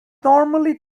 normally